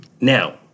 Now